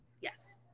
Yes